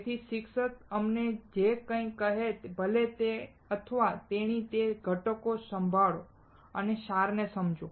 તેથી શિક્ષક અમને જે કાંઈ કહે ભલે તે અથવા તેણી તે ઘટકો સાંભળો અને સારને સમજો